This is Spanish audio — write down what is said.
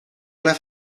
una